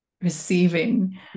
receiving